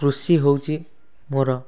କୃଷି ହେଉଛି ମୋର